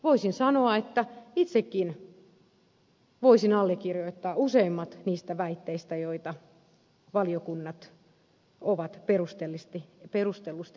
voisin sanoa että itsekin voisin allekirjoittaa useimmat niistä väitteistä joita valiokunnat ovat perustellusti esittäneet